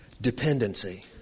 dependency